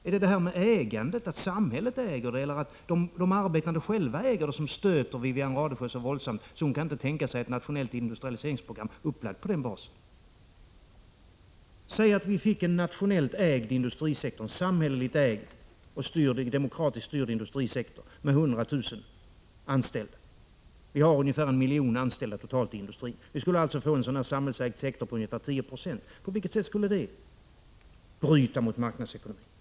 Är det ägandet, dvs. att samhället äger det eller att de arbetande själva äger det, som stöter Wivi-Anne Radesjö så våldsamt att hon inte kan tänka sig ett nationellt industrialiseringsprogram upplagt på den basen? Säg att vi fick en nationellt ägd industrisektor, samhälleligt ägd, en demokratiskt styrd industrisektor med 100 000 anställda. Vi har ungefär en miljon anställda totalt i industrin. Vi skulle alltså få en samhällsägd sektor på ungefär 10 96. På vilket sätt skulle den bryta mot marknadsekonomin?